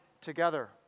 together